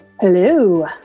Hello